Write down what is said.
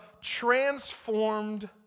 transformed